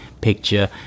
picture